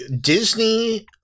Disney